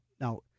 Now